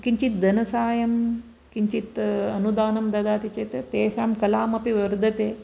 किञ्चित् धनसहायं किञ्चित् अनुदानं ददाति चेत् तेषां कलामपि वर्धते